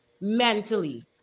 mentally